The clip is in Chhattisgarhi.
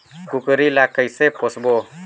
कूकरी ला कइसे पोसबो?